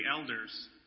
elders